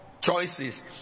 choices